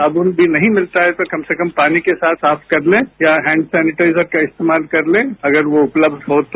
सावुन भी नहीं मिलता है तो कम से कम पानी के साथ साफ कर लें या हैंड सेनिटाइजर का इस्तेमाल कर लें अगर वो उपलब्ध हो तो